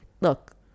Look